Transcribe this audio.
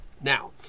Now